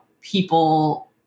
people